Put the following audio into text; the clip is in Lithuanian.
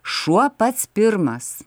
šuo pats pirmas